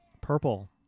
Purple